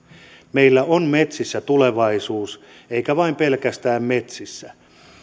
meillä on metsissä tulevaisuus eikä vain pelkästään metsissä